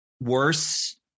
worse